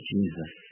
Jesus